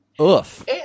oof